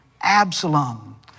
Absalom